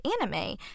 anime